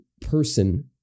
person